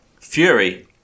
fury